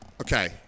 Okay